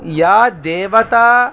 या देवता